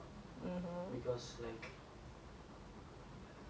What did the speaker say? ah ma like ya I was a small kid so ah ma always carry me